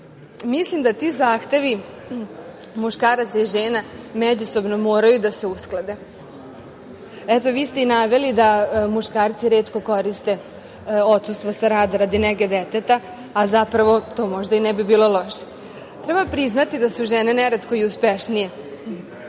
Mislim da ti zahteva muškaraca i žena međusobno moraju da se usklade. Eto, vi ste i naveli da muškarci retko koriste odsustvo sa rada radi nege deteta, a zapravo to možda i ne bi bilo loše. Treba priznati da su žene neretko i uspešnije.